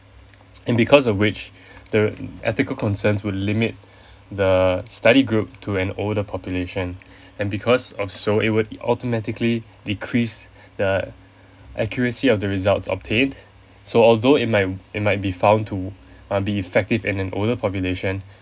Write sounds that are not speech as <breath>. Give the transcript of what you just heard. and because of which <breath> the ethical concerns will limit <breath> the study group to an older population <breath> and because of so it would automatically decrease the accuracy of the result obtained so although it might it might be found to um be effective in an older population